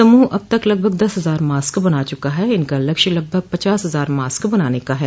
समूह अब तक लगभग दस हजार मास्क बना चुका है इनका लक्ष्य लगभग पचास हजार मास्क बनाने का है